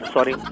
Sorry